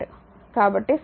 కాబట్టి సమీకరణం 1